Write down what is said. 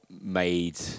made